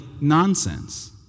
nonsense